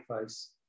face